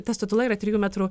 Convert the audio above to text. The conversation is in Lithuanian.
ta statula yra trijų metrų